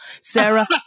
Sarah